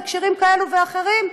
בהקשרים כאלה ואחרים?